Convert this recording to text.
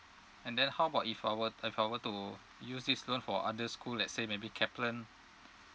and then how about if I were if I were to use this loan for other school let's say maybe kaplan